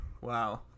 wow